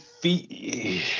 feet